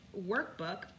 workbook